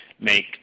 make